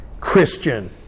christian